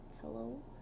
Hello